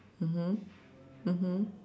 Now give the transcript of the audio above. mmhmm mmhmm